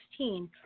2016